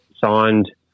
signed